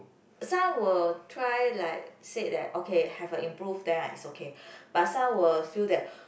some will try like said that okay have a improve then it's okay but some will feel that